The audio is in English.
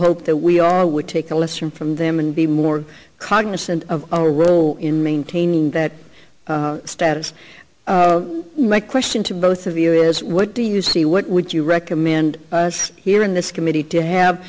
hope that we are we take a lesson from them and be more cognizant of our role in maintaining that status my question to both of you is what do you see what would you recommend here in this committee to have